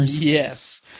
Yes